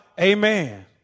Amen